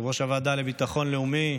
יושב-ראש הוועדה לביטחון לאומי,